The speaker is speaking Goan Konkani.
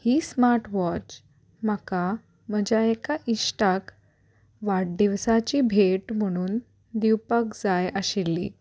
ही स्मार्ट वॉच म्हाका म्हज्या एका इश्टाक वाडदिवसाची भेट म्हणून दिवपाक जाय आशिल्ली